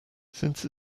since